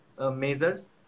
measures